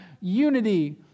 unity